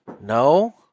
No